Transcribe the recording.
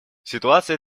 ситуация